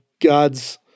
God's